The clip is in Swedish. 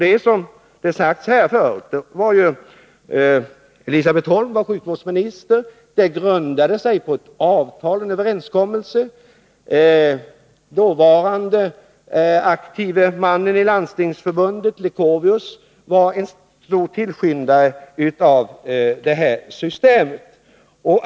Elisabet Holm var som sagt sjukvårdsminister, och förslaget grundade sig på en överenskommelse med Landstingsförbundet. Karl Leuchovius, som då var aktiv inom Landstingsförbundet, och ledamot av socialutskottet, var en stor tillskyndare av systemet.